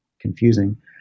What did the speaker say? confusing